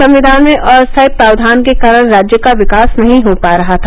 संविधान में अस्थायी प्रावधान के कारण राज्य का विकास नहीं हो पा रहा था